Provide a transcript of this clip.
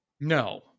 No